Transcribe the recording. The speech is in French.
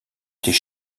était